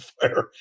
fire